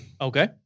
Okay